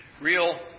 real